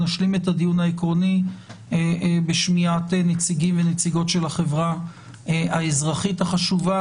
נשלים את הדיון העקרוני בשמיעת נציגים ונציגות של החברה האזרחית החשובה.